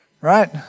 right